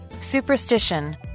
Superstition